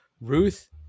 Ruth